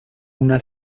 una